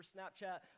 Snapchat